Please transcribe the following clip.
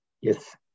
Yes